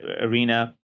arena